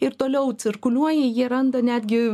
ir toliau cirkuliuoja jie randa netgi